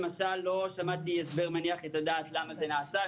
למשל, לא שמעתי הסבר מניח את הדעת למה זה נעשה.